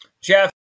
Jeff